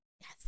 Yes